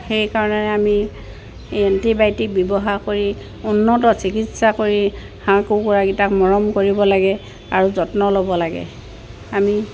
সেইকাৰণে আমি এণ্টিবায়'টিক ব্যৱহাৰ কৰি উন্নত চিকিৎসা কৰি হাঁহ কুকুৰাকেইটাক মৰম কৰিব লাগে আৰু যত্ন ল'ব লাগে আমি